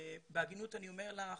בהגינות אני אומר לך,